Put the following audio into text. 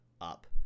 up